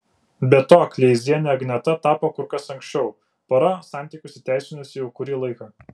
be to kleiziene agneta tapo kur kas anksčiau pora santykius įteisinusi jau kurį laiką